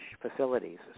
facilities